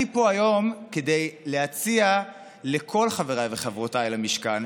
אני פה היום כדי להציע לכל חבריי וחברותיי למשכן,